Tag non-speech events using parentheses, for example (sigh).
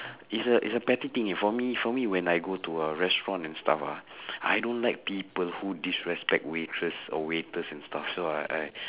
is a is a petty thing eh for me for me when I go to a restaurant and stuff ah (breath) I don't like people who disrespect waitress or waiters and staff so I I (breath)